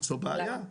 זו בעיה.